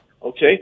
Okay